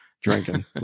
drinking